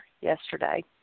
yesterday